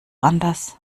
anders